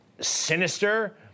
sinister